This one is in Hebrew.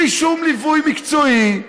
בלי שום ליווי מקצועי,